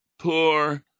poor